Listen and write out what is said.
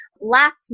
lacked